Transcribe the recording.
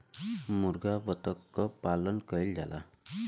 मुरगा बत्तख क पालन कइल जाला